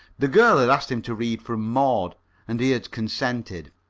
the girl had asked him to read from maud and he had consented.